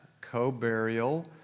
co-burial